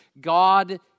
God